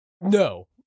No